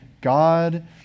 God